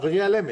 חברי על אמת,